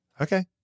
Okay